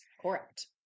Correct